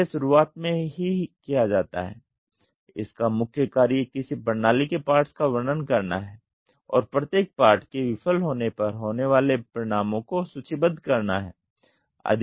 तो यह शुरुआत में ही किया जाता है इसका मुख्य कार्य किसी प्रणाली के पार्ट्स का वर्णन करना हैं और प्रत्येक पार्ट के विफल होने पर होने वाले परिणामों को सूचीबद्ध करना है